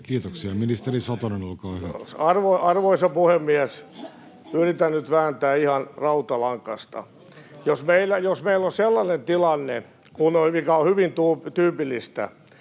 Kiitoksia. — Ministeri Satonen, olkaa hyvä. Arvoisa puhemies! Yritän nyt vääntää ihan rautalangasta. Jos meillä on sellainen tilanne, mikä on hyvin tyypillistä,